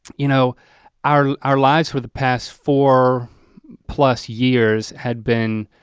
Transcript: you know our our lives for the past four plus years had been,